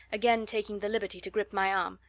again taking the liberty to grip my arm.